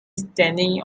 standing